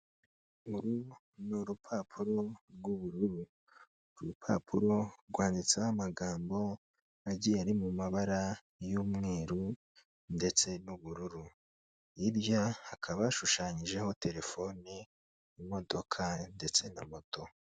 Uru ni urupapuro rw'ubururu, uru rupapuro rwanditseho amagambo agiye ari mu mabara y'umweru ndetse n'ubururu, hirya hakaba yashushanyijeho telefone imodoka ndetse na moto.